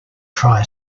try